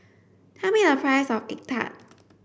tell me the price of egg tart